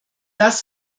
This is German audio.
das